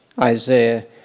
Isaiah